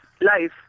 life